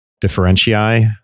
differentiate